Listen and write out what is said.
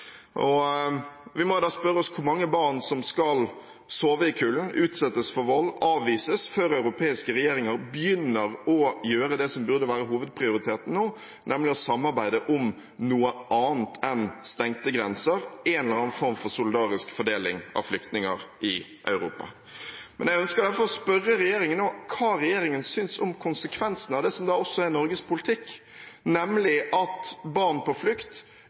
Vi må da spørre oss hvor mange barn som skal sove i kulden, utsettes for vold og avvises før europeiske regjeringer begynner å gjøre det som burde være hovedprioriteten nå, nemlig å samarbeide om noe annet enn stengte grenser – en eller annen form for solidarisk fordeling av flyktninger i Europa. Jeg ønsker derfor å spørre regjeringen om hva regjeringen synes om konsekvensene av det som også er Norges politikk, nemlig at barn på flukt